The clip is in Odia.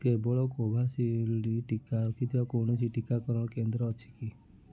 କେବଳ କୋଭିଶିଲ୍ଡ୍ ଟିକା ରଖିଥିବା କୌଣସି ଟିକାକରଣ କେନ୍ଦ୍ର ଅଛି କି